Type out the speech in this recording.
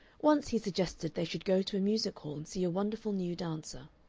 once he suggested they should go to a music-hall and see a wonderful new dancer,